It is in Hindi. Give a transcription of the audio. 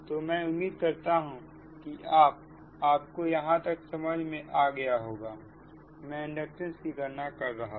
तो मैं उम्मीद करता हूं कि आपको यहां तक सब समझ में आ गया हूं मैं इंडक्टेंस की गणना कर रहा था